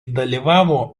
dalyvavo